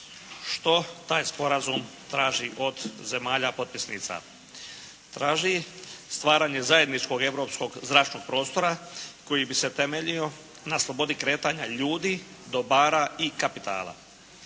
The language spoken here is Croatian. Što taj sporazum traži od zemalja potpisnica? Traži stvaranje zajedničkog europskog zračnog prostora koji bi se temeljio na slobodi kretanja ljudi, dobara i kapitala.